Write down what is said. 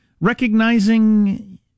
recognizing